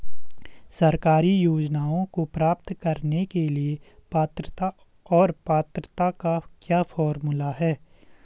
सरकारी योजनाओं को प्राप्त करने के लिए पात्रता और पात्रता का क्या फार्मूला है?